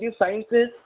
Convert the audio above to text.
sciences